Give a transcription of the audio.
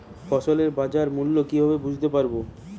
ফসলের বাজার মূল্য কিভাবে বুঝতে পারব?